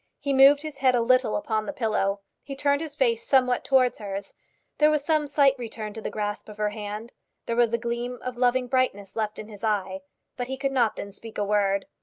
he moved his head a little upon the pillow he turned his face somewhat towards hers there was some slight return to the grasp of her hand there was a gleam of loving brightness left in his eye but he could not then speak a word.